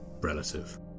relative